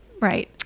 Right